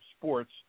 sports